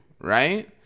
right